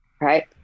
Right